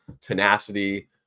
tenacity